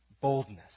boldness